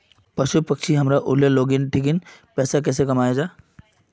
पशु पक्षी हमरा ऊला लोकेर ठिकिन पैसा कुंसम कमाया जा?